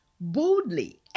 boldly